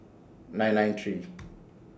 nine nine three